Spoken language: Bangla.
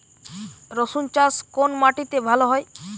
রুসুন চাষ কোন মাটিতে ভালো হয়?